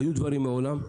היו דברים מעולם.